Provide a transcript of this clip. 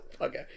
Okay